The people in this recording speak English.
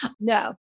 no